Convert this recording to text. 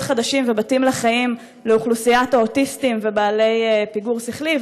חדשים ובתים לחיים לאוכלוסיית האוטיסטים ובעלי פיגור שכלי.